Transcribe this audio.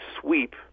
sweep